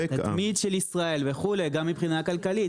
תדמית של ישראל וכו', גם מבחינה כלכלית.